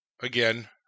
again